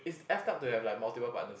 F up to have like multiple partners